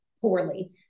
poorly